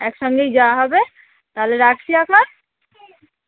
একসঙ্গেই যাওয়া হবে তাহলে রাখছি এখন